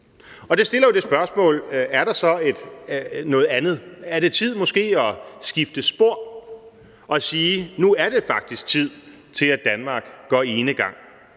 Det fører jo til det spørgsmål: Er der så noget andet? Er det måske tid at skifte spor og sige, at det faktisk nu er tid til, at Danmark går enegang?